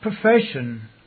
profession